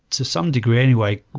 to some degree anyway,